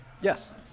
Yes